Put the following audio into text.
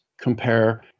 compare